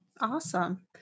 Awesome